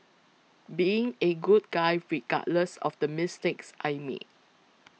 being a good guy regardless of the mistakes I made